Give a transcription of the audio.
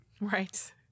Right